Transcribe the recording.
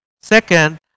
Second